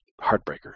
heartbreaker